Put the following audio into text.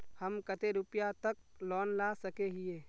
हम कते रुपया तक लोन ला सके हिये?